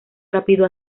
rápido